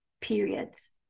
periods